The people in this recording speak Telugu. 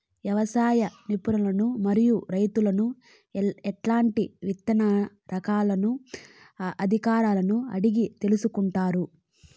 వ్యవసాయ నిపుణులను మరియు రైతులను ఎట్లాంటి విత్తన రకాలను అధికారులను అడిగి తెలుసుకొంటారు?